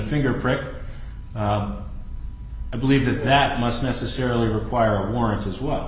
fingerprint or i believe that that must necessarily require warrants as well